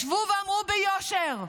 ישבו ואמרו ביושר: